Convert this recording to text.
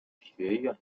学院